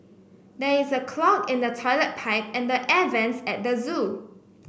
there is a clog in the toilet pipe and the air vents at the zoo